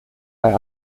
bei